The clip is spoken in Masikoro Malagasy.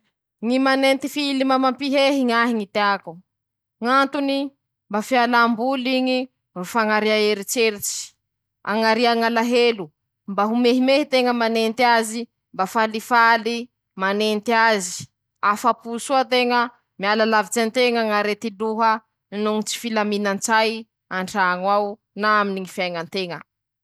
Ñy loko maitso :-Midika fanantenà i amiko :ñy raha avy an-dohako ao voalohany, lokony ñy zava-boahary ñy maitso ;manahaky anizay avao koa ñy maitso, mañambara ñy fahasalamà, ñy fandriampahalema, ñy fiaiña milamy, ñy fa fitomboany ñy fiaiña, ñy fialan-tsasatsy, manahaky anizay ñy fiovany ñy raha amin-teña eñy ho soa.